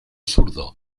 zurdo